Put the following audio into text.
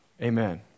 Amen